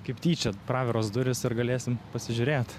kaip tyčia praviros durys ir galėsim pasižiūrėt